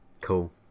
cool